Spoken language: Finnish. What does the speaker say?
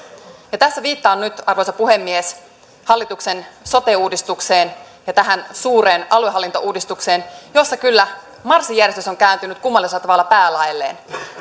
tässä viittaan nyt arvoisa puhemies hallituksen sote uudistukseen ja tähän suureen aluehallintouudistukseen jossa kyllä marssijärjestys on kääntynyt kummallisella tavalla päälaelleen